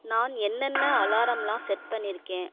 நான் என்னென்ன அலாரம்லாம் செட் பண்ணியிருக்கேன்